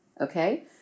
Okay